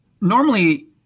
normally